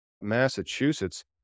Massachusetts